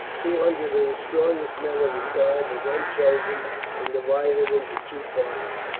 two hundred of the strongest men of the tribe were then chosen and divided into two parties,